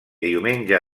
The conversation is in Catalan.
diumenge